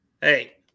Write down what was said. Hey